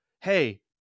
hey